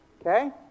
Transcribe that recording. Okay